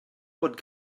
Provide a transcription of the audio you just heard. bod